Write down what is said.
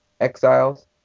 Exiles